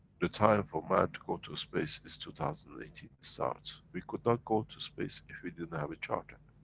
the time for man to go to space, is two thousand and eighteen starts. we could not go to space, if we didn't have a charter.